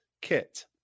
kit